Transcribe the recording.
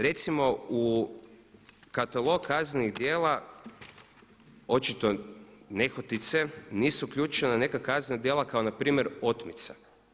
Recimo u katalog kaznenih djela očito nehotice nisu uključena neka kaznena djela kao npr. otmica.